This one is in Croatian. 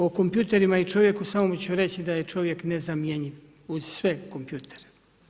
O kompjuterima i čovjeku samo ću reći da je čovjek nezamjenjiv uz sve kompjutere.